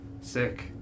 sick